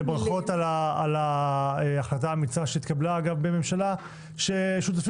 ברכות על ההחלטה האמיצה שהתקבלה בממשלה שהשותפים